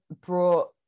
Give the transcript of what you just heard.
brought